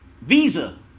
Visa